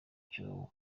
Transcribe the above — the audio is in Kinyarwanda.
cyobo